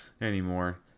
anymore